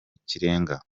ikirenga